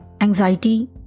anxiety